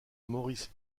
maurice